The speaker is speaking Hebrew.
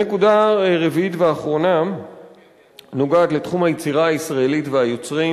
נקודה רביעית ואחרונה נוגעת לתחום היצירה הישראלית והיוצרים.